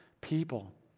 people